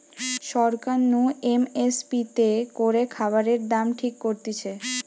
সরকার নু M S P তে করে খাবারের দাম ঠিক করতিছে